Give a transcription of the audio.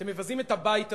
אתם מבזים את הבית הזה.